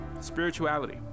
spirituality